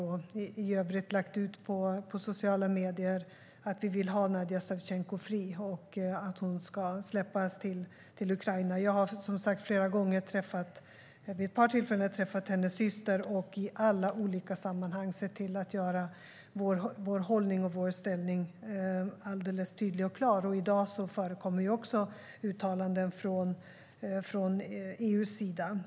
Vi har även lagt ut på sociala medier att vi vill att Nadija Savtjenko ska friges till Ukraina. Jag har vid ett par tillfällen träffat Nadijas syster och i olika sammanhang gjort vår hållning alldeles tydlig och klar. I dag förekommer också uttalanden från EU:s sida.